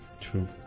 True